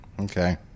Okay